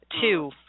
Two